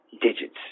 digits